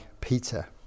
Peter